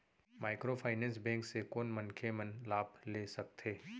Microfinance bank से कोन मनखे मन लाभ ले सकथे?